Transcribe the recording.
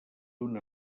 una